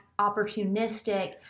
opportunistic